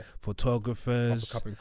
photographers